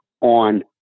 on